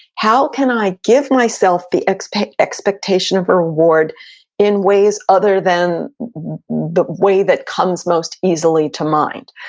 how can i give myself the expectation expectation of reward in ways other than the way that comes most easily to mind?